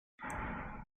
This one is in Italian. per